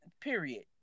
period